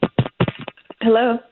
Hello